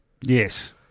Yes